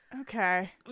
Okay